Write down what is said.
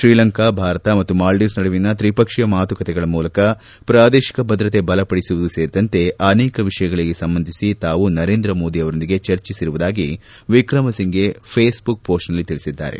ಶ್ರೀಲಂಕಾ ಭಾರತ ಮತ್ತು ಮಾಲ್ಡೀವ್ಸ್ ನಡುವಿನ ತ್ರಿಪಕ್ಷೀಯ ಮಾತುಕತೆಗಳ ಮೂಲಕ ಪ್ರಾದೇಶಿಕ ಭದ್ರತೆ ಬಲಪಡಿಸುವುದು ಸೇರಿದಂತೆ ಅನೇಕ ವಿಷಯಗಳಿಗೆ ಸಂಬಂಧಿಸಿ ತಾವು ನರೇಂದ್ರಮೋದಿಯವರೊಂದಿಗೆ ಚರ್ಚಿಸಿರುವುದಾಗಿ ವಿಕ್ರಮಸಿಂಫೆ ಫೇಸ್ಬುಕ್ ಮೋಸ್ನಲ್ಲಿ ತಿಳಿಸಿದ್ದಾರೆ